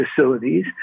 facilities